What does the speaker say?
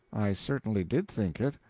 i certainly did think it.